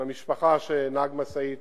למשפחה שנהג משאית